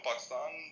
Pakistan